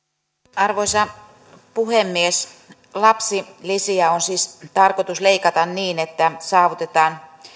arvoisa puhemies lapsilisiä on siis tarkoitus leikata niin että saavutetaan